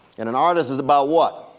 and an artist is about what?